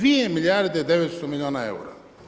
2 milijarde i 900 milijuna eura.